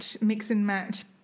mix-and-match